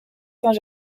saint